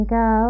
go